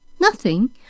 Nothing